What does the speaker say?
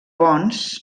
ponts